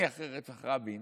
אני, אחרי רצח רבין,